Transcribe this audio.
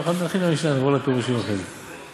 עכשיו משנה, נעבור לפירושים אחרי זה.